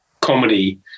comedy